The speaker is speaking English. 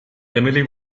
emily